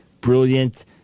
brilliant